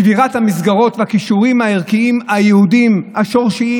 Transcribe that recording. שבירת המסגרות והקישורים הערכיים היהודיים השורשיים